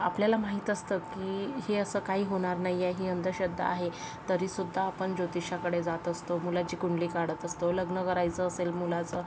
आपल्याला माहीत असतं की हे असं काही होणार नाही आहे ही अंधश्रद्धा आहे तरीसुद्धा आपण जोतिषाकडे जात असतो मुलांची कुंडली काढत असतो लग्न करायचं असेल मुलाचं